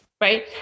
right